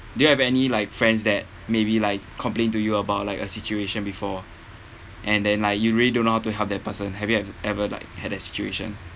do you have any like friends that maybe like complain to you about like a situation before and then like you really don't know how to help that person have you have ever like had that situation